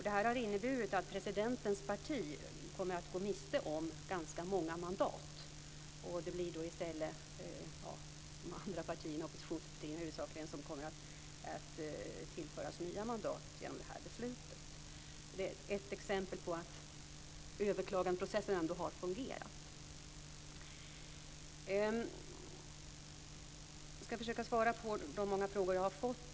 Detta har inneburit att presidentens parti kommer att gå miste om ganska många mandat, och det blir då i stället de andra partierna, huvudsakligen oppositionspartierna, som kommer att tillföras nya mandat genom detta beslut. Det är ett exempel på att överklagandeprocessen ändå har fungerat. Jag skall försöka svara på de många frågor som jag har fått.